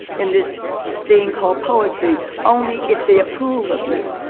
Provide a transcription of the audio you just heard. in this thing called poetry only if they approve of you.